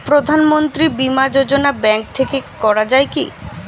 প্রধানমন্ত্রী বিমা যোজনা ব্যাংক থেকে করা যায় কি?